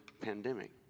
pandemic